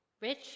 rich